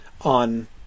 on